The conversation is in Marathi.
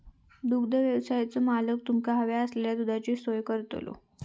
दुग्धव्यवसायाचो मालक तुमका हव्या असलेल्या दुधाची सोय करतलो